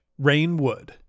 Rainwood